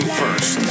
first